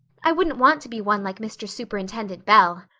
i wouldn't want to be one like mr. superintendent bell.